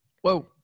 Whoa